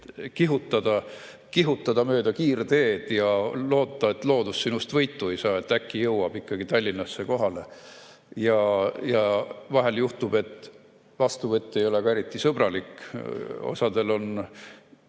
– kihutada mööda kiirteed ja loota, et loodus sinust võitu ei saa, äkki jõuab ikka Tallinnasse kohale? Vahel juhtub, et vastuvõtt ei ole ka eriti sõbralik. Kuidas